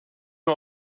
nur